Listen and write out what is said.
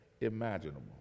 imaginable